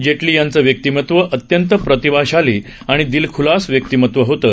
जेटली यांचं व्यक्तिमत्व अत्यंत प्रतिभाशाली आणि दिलखलास व्यक्तिमत्व होतं